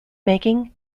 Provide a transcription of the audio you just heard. making